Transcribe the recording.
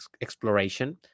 exploration